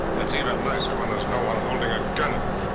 it's even nicer when there's no one holding a gun in it.